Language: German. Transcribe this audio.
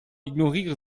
ignoriere